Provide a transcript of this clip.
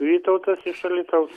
vytautas iš alytaus